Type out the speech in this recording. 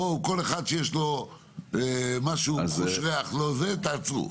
כל אחד שיש לו ריח לא זה, תעצרו.